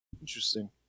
Interesting